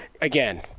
again